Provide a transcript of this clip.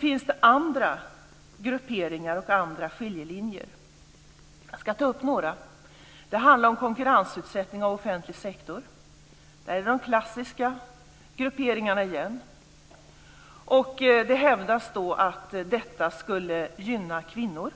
finns det andra grupperingar och andra skiljelinjer. Jag ska ta upp några. Det handlar om konkurrensutsättning av offentlig sektor. Där är det de klassiska grupperingarna igen. Det hävdas att detta skulle gynna kvinnor.